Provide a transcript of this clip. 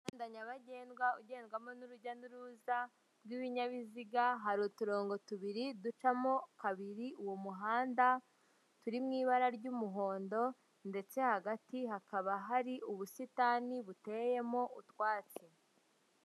Umuhanda nyabagendwa ugendwamo n'urujya n'uruza rw'ibinyabiziga hari uturongo tubiri ducamo kabiri uwo muhanda turi mu ibara ry'umuhondo ndetse hagati hakaba hari ubusitani buteyemo utwatsi.